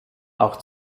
auch